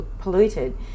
polluted